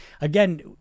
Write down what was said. again